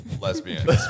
lesbians